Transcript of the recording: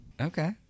Okay